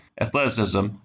athleticism